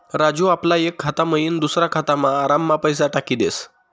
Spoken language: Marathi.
राजू आपला एक खाता मयीन दुसरा खातामा आराममा पैसा टाकी देस